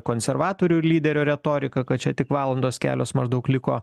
konservatorių lyderio retoriką kad čia tik valandos kelios maždaug liko